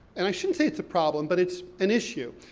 and i shouldn't say it's a problem, but it's an issue,